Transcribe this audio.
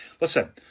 Listen